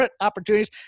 opportunities